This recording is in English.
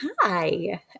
hi